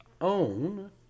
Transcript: own